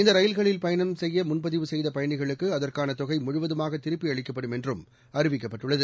இந்த ரயில்களில் பயணம் செய்ய முன்பதிவு செய்த பயணிகளுக்கு அதற்கான தொகை முழுவதுமாக திருப்பியளிக்கப்படும் என்றும் அறிவிக்கப்பட்டுள்ளது